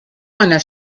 einer